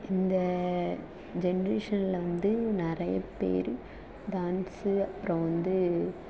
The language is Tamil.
இந்த ஜென்ட்ரேஷன்ல வந்து நிறைய பேர் டான்ஸ் அப்புறம் வந்து